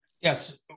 Yes